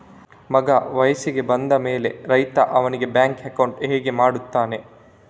ಮಗ ವಯಸ್ಸಿಗೆ ಬಂದ ಮೇಲೆ ರೈತ ಅವನಿಗೆ ಬ್ಯಾಂಕ್ ಅಕೌಂಟ್ ಹೇಗೆ ಮಾಡ್ತಾನೆ?